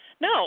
No